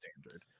standard